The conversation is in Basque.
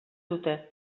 dute